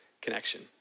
connection